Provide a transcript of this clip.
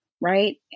Right